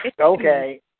okay